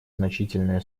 значительные